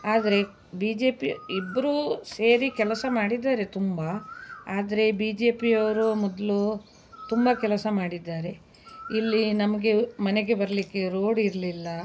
ಆದರೆ B J P ಇಬ್ರೂ ಸೇರಿ ಕೆಲಸ ಮಾಡಿದ್ದಾರೆ ತುಂಬ ಆದರೆ ಬಿ ಜೆ ಪಿಯವರು ಮೊದಲು ತುಂಬ ಕೆಲಸ ಮಾಡಿದ್ದಾರೆ ಇಲ್ಲಿ ನಮಗೆ ಮನೆಗೆ ಬರಲಿಕ್ಕೆ ರೋಡ್ ಇರಲಿಲ್ಲ